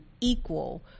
equal